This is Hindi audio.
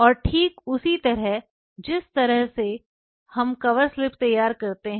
और ठीक उसी तरह जिस तरह से हम कवर स्लिप तैयार करते हैं